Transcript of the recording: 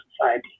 society